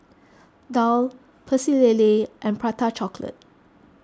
Daal Pecel Lele and Prata Chocolate